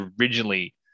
originally